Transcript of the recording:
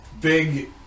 big